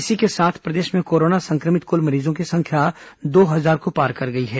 इसी के साथ प्रदेश में कोरोना संक्रमित कुल मरीजों की संख्या दो हजार को पार कर गई है